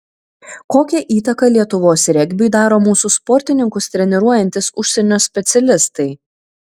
kokią įtaką lietuvos regbiui daro mūsų sportininkus treniruojantys užsienio specialistai